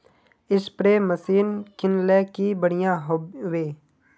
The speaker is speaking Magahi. स्प्रे मशीन किनले की बढ़िया होबवे?